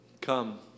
Come